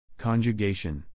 Conjugation